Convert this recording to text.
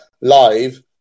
live